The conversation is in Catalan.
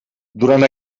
durant